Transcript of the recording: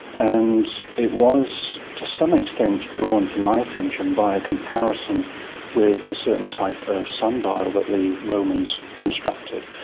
and it was to some extent drawn to my attention by a comparison with a certain type of sundial that the romans constructed.